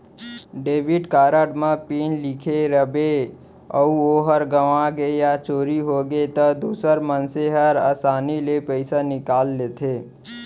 debit card म pin लिखे रइबे अउ ओहर गँवागे या चोरी होगे त दूसर मनसे हर आसानी ले पइसा निकाल लेथें